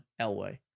Elway